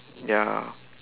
ya